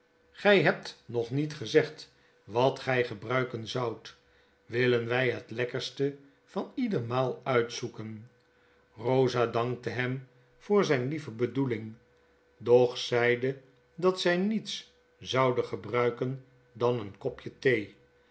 gy hebt nog met gezegd wat gij gebruiken zoudt willen wij het lekkerste van leder maal uitzoeken rosa dankte hem voor zyne lieve bedoeling doch zeide dat zfl niets zoude gebruiken dan een kopje thee